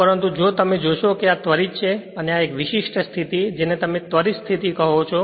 પરંતુ જો તમે જોશો કે આ ત્વરિત છે અને આ એક વિશિષ્ટ સ્થિતિ જેને તમે ત્વરિત સ્થિતિ કહો છે